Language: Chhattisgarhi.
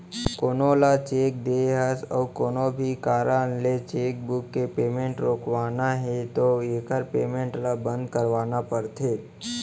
कोनो ल चेक दे हस अउ कोनो भी कारन ले चेकबूक के पेमेंट रोकवाना है तो एकर पेमेंट ल बंद करवाना परथे